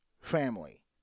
family